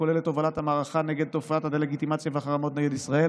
הכולל את הובלת המערכה נגד תופעת הדה-לגיטימציה והחרמות נגד ישראל